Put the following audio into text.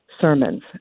sermons